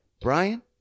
brian